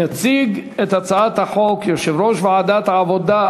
יציג את הצעת החוק יושב-ראש ועדת העבודה,